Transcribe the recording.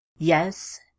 Yes